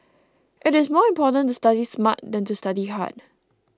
it is more important to study smart than to study hard